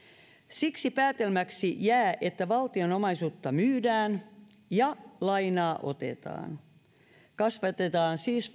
siksi päätelmäksi jää että valtion omaisuutta myydään ja lainaa otetaan kasvatetaan siis